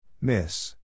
Miss